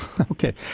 Okay